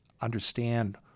understand